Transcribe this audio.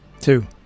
two